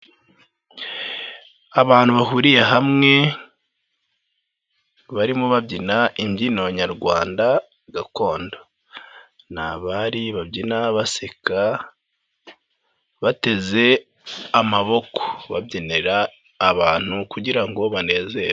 Abantu bahuriye hamwe barimo babyina imbyino nyarwanda gakondo, ni abari babyina baseka, bateze amaboko, babyinira abantu kugira ngo banezerwe.